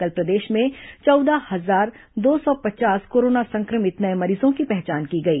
कल प्रदेश में चौदह हजार दो सौ पचास कोरोना संक्रमित नये मरीजों की पहचान की गई